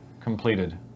completed